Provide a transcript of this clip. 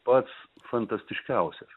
pats fantastiškiausias